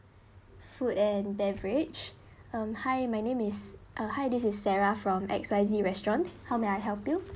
food and beverage um hi my name is uh hi this is sarah from X Y Z restaurant how may I help you